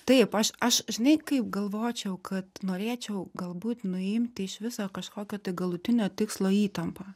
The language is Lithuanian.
taip aš aš žinai kaip galvočiau kad norėčiau galbūt nuimti iš viso kažkokio tai galutinio tikslo įtampą